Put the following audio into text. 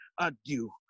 Adieu